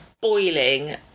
boiling